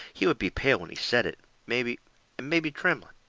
he would be pale when he said it, mebby and mebby trembling.